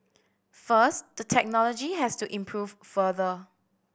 first the technology has to improve further